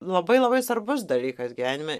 labai labai svarbus dalykas gyvenime